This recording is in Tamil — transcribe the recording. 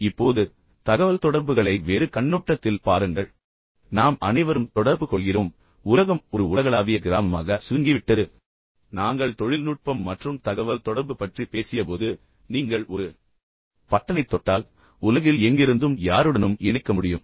இப்போது தகவல்தொடர்புகளை வேறு கண்ணோட்டத்தில் பாருங்கள் நாம் அனைவரும் தொடர்பு கொள்கிறோம் உலகம் ஒரு உலகளாவிய கிராமமாக சுருங்கிவிட்டது நான் விவாதித்தபடி நாங்கள் தொழில்நுட்பம் மற்றும் தகவல் தொடர்பு பற்றி பேசியபோது இப்போது நீங்கள் ஒரு பட்டனைத் தொட்டால் உலகில் எங்கிருந்தும் யாருடனும் இணைக்க முடியும்